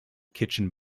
kitchen